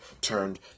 turned